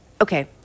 Okay